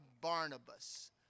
Barnabas